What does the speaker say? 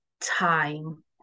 time